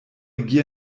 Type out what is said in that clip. gier